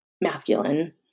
masculine